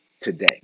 today